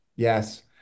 Yes